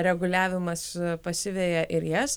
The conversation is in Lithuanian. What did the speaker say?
reguliavimas pasiveja ir jas